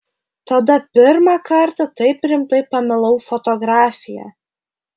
tada pirmą kartą taip rimtai pamilau fotografiją